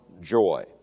joy